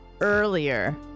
earlier